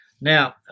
Now